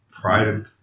Pride